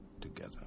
together